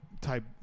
type